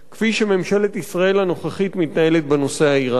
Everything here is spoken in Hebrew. כפי שממשלת ישראל הנוכחית מתנהלת בנושא האירני.